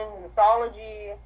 mythology